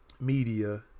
media